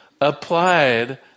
applied